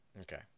okay